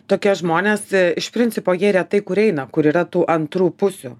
tokie žmonės iš principo jie retai kur eina kur yra tų antrų pusių